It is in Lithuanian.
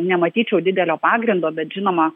nematyčiau didelio pagrindo bet žinoma